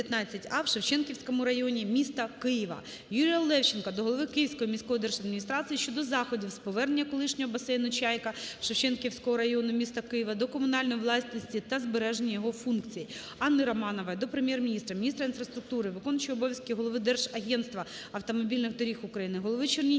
в Шевченківському районі міста Києва. Юрія Левченка до голови Київської міської держадміністрації щодо заходів з повернення колишнього басейну "Чайка" Шевченківського району міста Києва до комунальної власності та збереження його функції. Анни Романової до Прем'єр-міністра, міністра інфраструктури, виконуючого обов'язки голови Держагентства автомобільних доріг України, голови Чернігівської